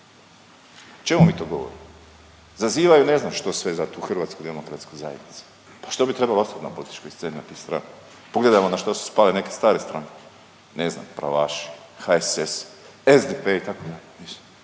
čemu mi to govorimo? Zazivaju ne znam što sve za tu Hrvatsku demokratsku zajednicu. Pa što bi trebalo ostati na političkoj sceni ako te …/Govornik se ne razumije./… Pogledajmo na što su spale neke stare stranke ne znam pravaši, HSS, SDP itd. To su